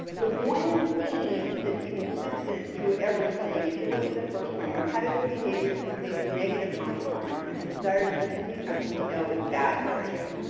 the one theme that's consistent through everything, if you look at the first one, repetitive behaviors in the face of negative consequences, the desire to continue something you know is bad for you,